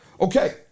Okay